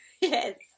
yes